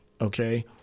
Okay